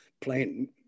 playing